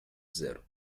zero